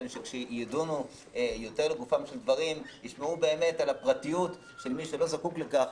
שכשידונו לגופם של דברים ישמעו על הפרטיות של מי שלא זקוק לכך.